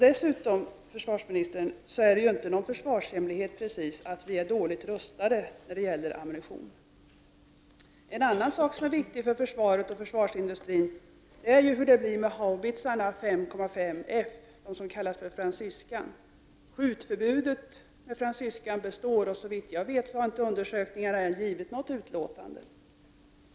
Det är inte någon försvarshemlighet att vi är dåligt rustade när det gäller ammunition. En annan fråga som är viktig för försvaret och försvarsindustrin är hur det kommer att bli med haubitsen 5,5 F, som kallas fransyskan. Förbudet att skjuta med fransyskan består. Såvitt jag vet har inga undersökningar ännu givit något utlåtande.